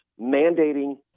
mandating